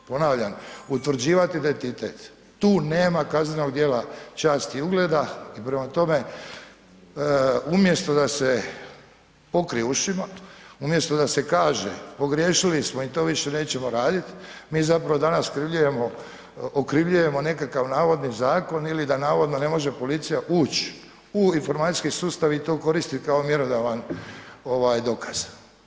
Ponavljam, utvrđivati identitet, tu nema kaznenog dijela časti i ugleda i prema tome, umjesto da se pokriju ušima, umjesto da se kaže pogriješili smo i to više nećemo radit, mi zapravo danas okrivljujemo nekakav navodni zakon ili da navodno ne može policija uć u informacijski sustav i to koristi kao mjerodavan dokaz.